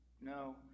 No